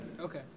Okay